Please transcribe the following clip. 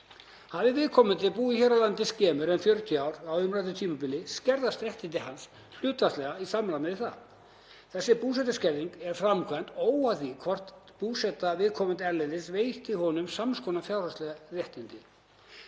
Hafi viðkomandi búið hér á landi skemur en 40 ár á umræddu tímabili skerðast réttindi hans hlutfallslega í samræmi við það. Þessar búsetuskerðingar eru framkvæmdar óháð því hvort búseta viðkomandi erlendis veiti honum sams konar fjárhagsleg réttindi.